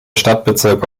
stadtbezirk